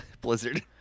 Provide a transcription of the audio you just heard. Blizzard